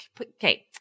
Okay